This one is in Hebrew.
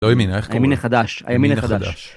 ‫לא ימינה, איך קוראים? ‫-הימין החדש, הימין החדש.